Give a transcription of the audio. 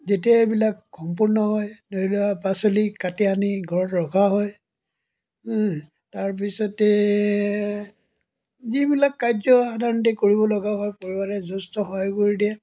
যেতিয়া এইবিলাক সম্পূৰ্ণ হয় ধৰি লোৱা পাচলি কাটি আনি ঘৰত ৰখা হয় তাৰপাছতে যিবিলাক কাৰ্য সাধাৰণতে কৰিবলগা হয় পৰিবাৰে যথেষ্ট সহায় কৰি দিয়ে